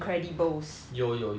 有有有